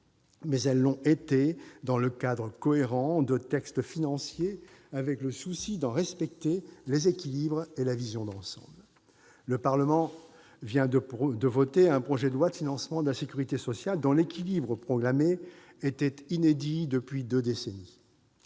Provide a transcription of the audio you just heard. mais elles l'ont été dans le cadre cohérent des textes financiers, avec le souci d'en respecter les équilibres et la vision d'ensemble. Le Parlement vient de voter un projet de loi de financement de la sécurité sociale, dont l'équilibre proclamé était inédit depuis deux décennies.